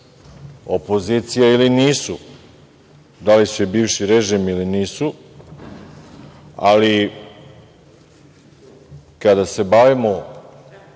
opozicija ili nisu, da li su bivši režim ili nisu. Ali, kada se bavimo